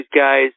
guys